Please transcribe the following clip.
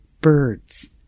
birds